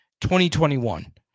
2021